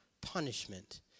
punishment